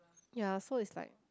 yea so is like